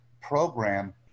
program